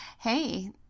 Hey